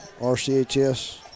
RCHS